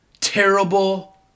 terrible